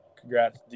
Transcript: congrats